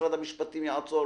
שמשרד המשפטים יעצור,